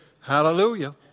Hallelujah